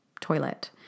toilet